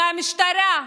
והמשטרה,